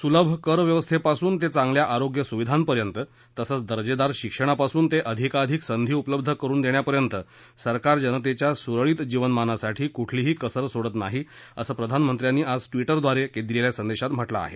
सुलभ करव्यवस्थेपासून ते चांगल्या आरोग्य सुविधांपर्यंत तसंच दर्जेदार शिक्षणापासून ते अधिकाधिक संधी उपलब्ध करण्यापर्यंत सरकार जनतेच्या सुरळीत जीवनमानासाठी कुठलीही कसर सोडत नाही असं प्रधानमंत्र्यांनी आज ट्विटरद्वारे दिलेल्या संदेशात म्हटलं आहे